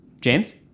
James